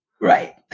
Right